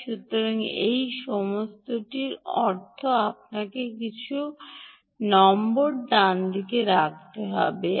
সুতরাং এই সমস্তটির অর্থ আপনাকে কিছু নম্বর রাখতে হবেঠিক আছে